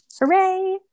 Hooray